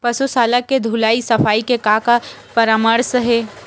पशु शाला के धुलाई सफाई के का परामर्श हे?